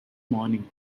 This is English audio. morning